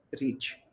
reach